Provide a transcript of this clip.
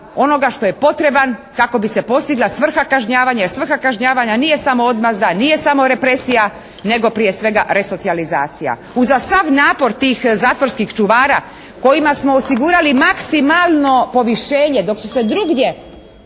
onoga što je potreban kako bi se postigla svrha kažnjavanja, jer svrha kažnjavanja nije samo odmazda, nije samo represija, nego prije svega resocijalizacija. Uza sav napor tih zatvorskih čuvara kojima smo osigurali maksimalno povišenje dok su se drugdje